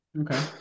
Okay